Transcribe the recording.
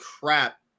crap